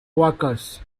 workers